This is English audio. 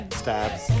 stabs